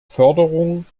förderung